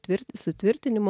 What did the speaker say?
tvirti sutvirtinimu